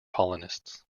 colonists